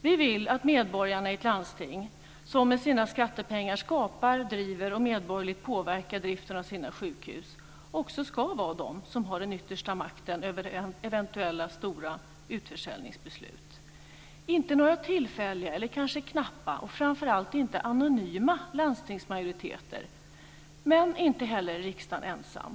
Vi vill att medborgarna i ett landsting, som med sina skattepengar skapar, driver och medborgerligt påverkar driften av sina sjukhus, också ska vara de som har den yttersta makten över eventuella stora utförsäljningsbeslut. Det ska inte vara några tillfälliga eller kanske knappa och framför allt inte anonyma landstingsmajoriteter, men inte heller riksdagen ensam.